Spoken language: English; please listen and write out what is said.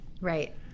right